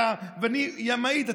ואני גם אעיד,